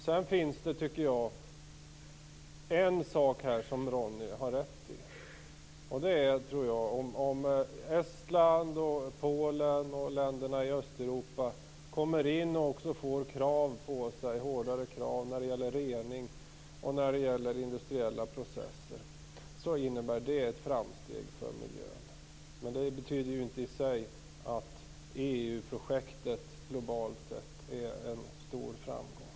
Sedan finns det, tycker jag, en sak som Ronny Olander har rätt i. Om Estland, Polen och de andra länderna i Östeuropa kommer in i EU och får hårdare krav på sig när det gäller rening och industriella processer innebär det ett framsteg för miljön. Men det betyder inte i sig att EU-projektet globalt sett är en stor framgång.